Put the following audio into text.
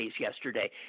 yesterday